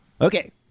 Okay